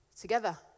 Together